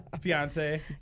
Fiance